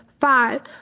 Five